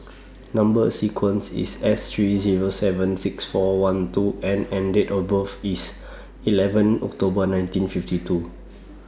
Number sequence IS S three Zero seven six four one two N and Date of birth IS eleven October nineteen fifty two